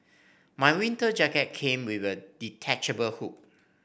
my winter jacket came with a detachable hood